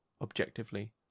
objectively